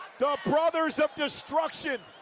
the brothers of destruction